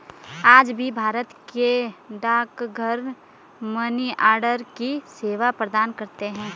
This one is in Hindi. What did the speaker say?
आज भी भारत के डाकघर मनीआर्डर की सेवा प्रदान करते है